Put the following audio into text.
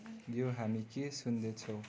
यो हामी के सुन्दैछौँ